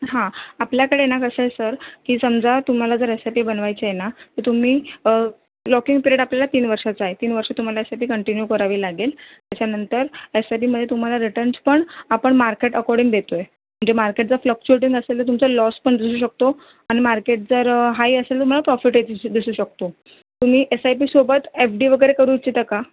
हां आपल्याकडे ना कसं आहे सर की समजा तुम्हाला जर एस आय पि बनवायची आहे ना तर तुम्ही लॉकिंग पिरियड आपल्याला तीन वर्षांचा आहे तीन वर्षं तुम्हाला एस आय पि कंटिन्यू करावी लागेल त्याच्यानंतर एस्स आय पीमध्ये तुम्हाला रिटर्न्स पण आपण मार्केट अकॉर्डिंग देतो आहे म्हणजे मार्केट जर फ्लक्च्युएटिंग असेल तर तुमचा लॉस पण दिसू शकतो आणि मार्केट जर हाय असेल तर तुम्हाला प्रॉफिटही दिसू दिसू शकतो तुम्ही एस आय पीसोबत एफ डी वगैरे करू इच्छिता का